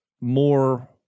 more